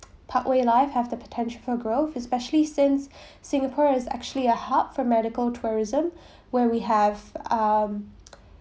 parkway life have the potential for growth especially since singapore is actually a hub for medical tourism where we have um